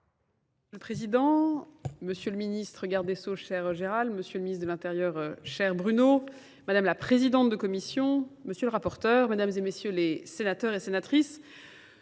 Monsieur le Président, Monsieur le Ministre Gardesso, cher Gérald, Monsieur le Ministre de l'Intérieur, cher Bruno, Madame la Présidente de Commission, Monsieur le Rapporteur, Mesdames et Messieurs les Sénateurs et Sénatrices,